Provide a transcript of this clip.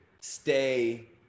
stay